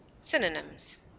Synonyms